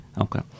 Okay